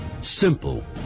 Simple